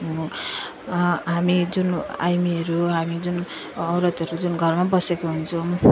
हामी जुन आइमाईहरू हामी जुन औरतहरू जुन घरमा बसेका हुन्छौँ